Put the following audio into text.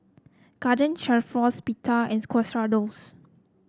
Garden Stroganoff Pita and Quesadillas